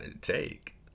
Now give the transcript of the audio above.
take